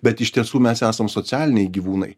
bet iš tiesų mes esam socialiniai gyvūnai